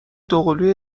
دوقلوی